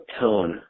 tone